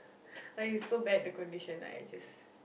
like it's so bad the condition I just